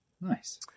Nice